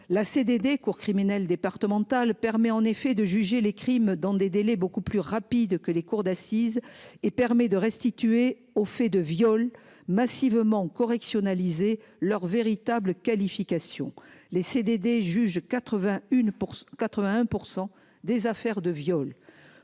La CDD cour criminelle départementale permet en effet de juger les crimes dans des délais beaucoup plus rapides que les cours d'assises et permet de restituer aux faits de viol massivement correctionnel lisez leurs véritables qualification les CDD juge 81 pour 81% des affaires de viol